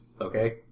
Okay